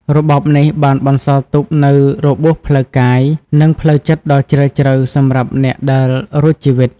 របបនេះបានបន្សល់ទុកនូវរបួសផ្លូវកាយ និងផ្លូវចិត្តដ៏ជ្រាលជ្រៅសម្រាប់អ្នកដែលរួចជីវិត។